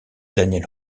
daniel